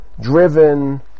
driven